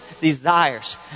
desires